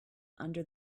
under